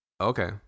okay